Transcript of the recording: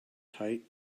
tight